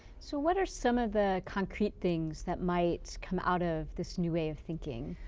so, what are some of the concrete things that might come out of this new way of thinking?